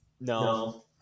No